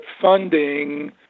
funding